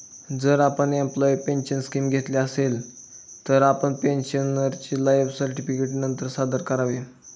जर आपण employee pension scheme घेतली असेल, तर आपण पेन्शनरचे लाइफ सर्टिफिकेट नंतर सादर करावे